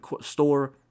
store